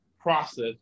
process